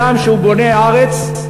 אדם שהוא בונה הארץ,